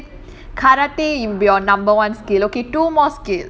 karate will be your number one skill okay two more skill